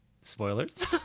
spoilers